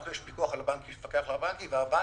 יש פיקוח על הבנקים, יש מפקח על הבנקים, והבנקים,